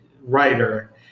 writer